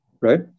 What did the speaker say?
right